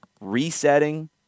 resetting